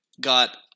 got